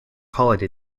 holiday